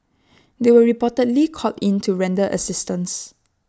they were reportedly called in to render assistance